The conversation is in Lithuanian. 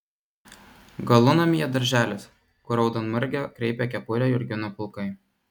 galunamyje darželis kur raudonmargę kreipia kepurę jurginų pulkai